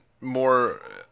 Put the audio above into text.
more